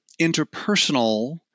interpersonal